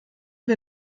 wir